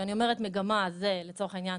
כשאני אומרת מגמה זה לצורך העניין